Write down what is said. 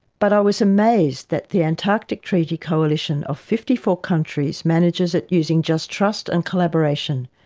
but i was amazed that the antarctic treaty coalition of fifty four countries manages it using just trust and collaboration,